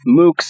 MOOCs